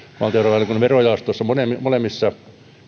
valtiovarainvaliokunnan verojaostossa on molemmissa